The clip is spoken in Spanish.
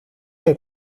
que